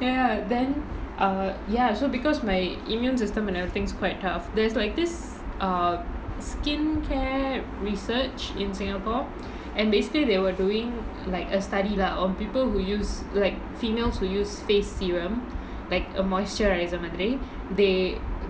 ya then err ya so because my immune system I think is quite tough then there's like this err skin care research in singapore and basically they were doing like a study lah on people who use like females who use face serum like a moisturiser மாதிரி:maathiri they